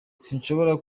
sinshobora